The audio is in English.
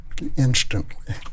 Instantly